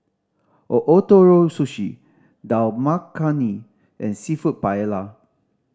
Ootoro Sushi Dal Makhani and Seafood Paella